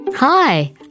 Hi